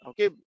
okay